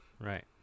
right